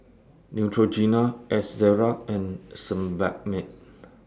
Neutrogena Ezerra and Sebamed